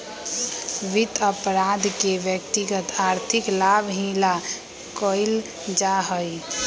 वित्त अपराध के व्यक्तिगत आर्थिक लाभ ही ला कइल जा हई